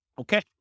Okay